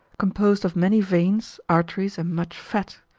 composed of many veins, arteries, and much fat,